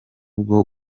bwo